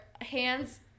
hands